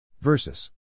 Versus